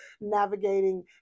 navigating